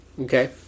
Okay